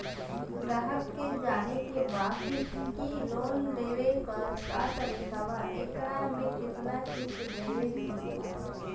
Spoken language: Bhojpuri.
ग्राहक के जाने के बा की की लोन लेवे क का तरीका बा एकरा में कितना किस्त देवे के बा?